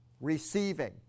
Receiving